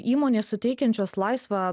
įmonės suteikiančios laisvą